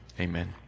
Amen